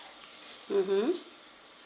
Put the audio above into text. mmhmm